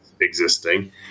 existing